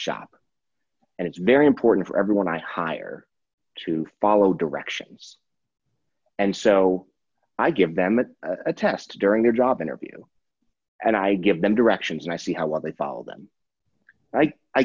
shop and it's very important for everyone i hire to follow directions and so i give them a test during their job interview and i give them directions and i see how well they follow them i